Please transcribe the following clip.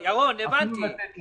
לא, אני מדבר